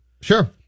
Sure